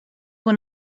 were